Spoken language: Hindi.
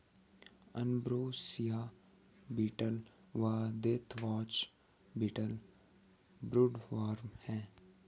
अंब्रोसिया बीटल व देथवॉच बीटल वुडवर्म हैं